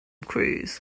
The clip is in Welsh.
cruise